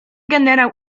generał